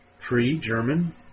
Pre-German